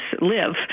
live